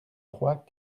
trois